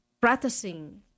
practicing